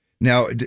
Now